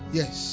yes